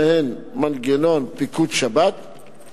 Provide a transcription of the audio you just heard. אני מתכבד להביא בפניכם את הצעת חוק המקרקעין (תיקון מס'